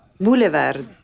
Boulevard